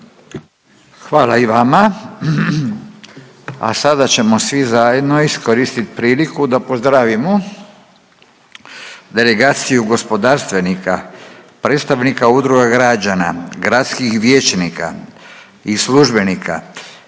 Hvala i vama. A sada ćemo svi zajedno iskoristit priliku da pozdravimo delegaciju gospodarstvenika, predstavnika Udruge građana, gradskih vijećnika i službenika